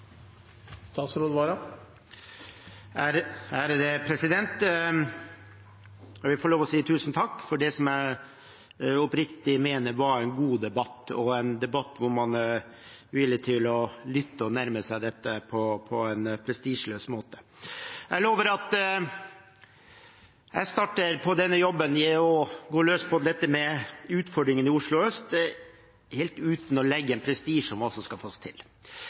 Jeg vil få lov til å si tusen takk for det som jeg oppriktig mener var en god debatt og en debatt hvor man var villig til å lytte og nærme seg dette på en prestisjeløs måte. Jeg lover at jeg starter på denne jobben og går løs på dette med utfordringene i Oslo øst helt uten å legge noe prestisje i hva man skal få til.